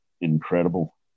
incredible